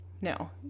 no